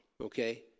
okay